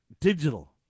digital